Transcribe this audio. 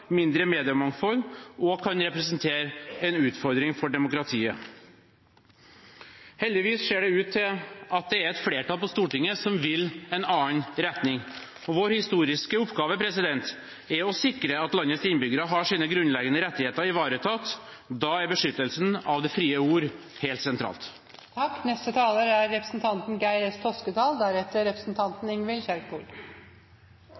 mindre mediemangfold, som kan representere en utfordring for demokratiet. Heldigvis ser det ut til at det er et flertall på Stortinget som vil i en annen retning. Vår historiske oppgave er å sikre at landets innbyggere får sine grunnleggende rettigheter ivaretatt. Da er beskyttelsen av det frie ord helt sentralt.